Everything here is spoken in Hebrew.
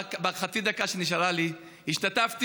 בחצי הדקה שנשארה לי אני רק רוצה לומר שהשתתפתי